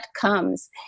comes